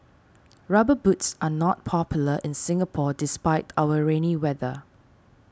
rubber boots are not popular in Singapore despite our rainy weather